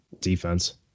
defense